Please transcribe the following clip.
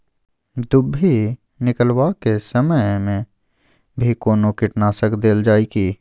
दुभी निकलबाक के समय मे भी कोनो कीटनाशक देल जाय की?